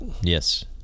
Yes